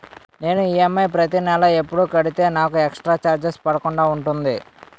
నేను ఈ.ఎం.ఐ ప్రతి నెల ఎపుడు కడితే నాకు ఎక్స్ స్త్ర చార్జెస్ పడకుండా ఉంటుంది?